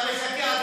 אתה משקר.